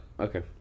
Okay